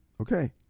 okay